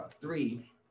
three